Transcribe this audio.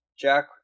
Jack